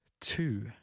two